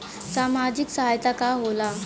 सामाजिक सहायता का होला?